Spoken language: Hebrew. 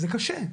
זה קשה,